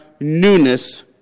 newness